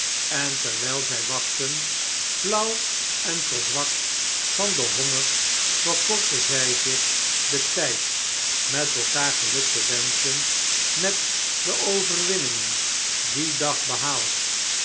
en terwh'l zn wachtten fiauw en verzwakt van den honger verkortten zij zich den tn d met elkaar geluk te wenschen met de overwinningen dien dag behaald